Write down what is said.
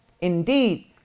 indeed